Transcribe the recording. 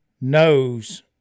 knows